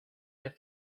del